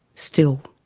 still.